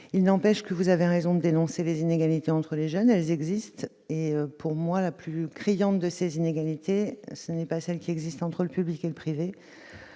Il n'empêche que vous avez raison de dénoncer les inégalités entre les jeunes, car elles existent. À mon sens, la plus criante d'entre elles n'est pas celle qui existe entre le public et le privé,